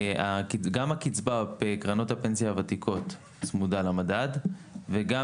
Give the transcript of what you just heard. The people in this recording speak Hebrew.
גם הקצבה בקרנות הפנסיה הוותיקות צמודה למדד וגם